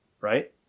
Right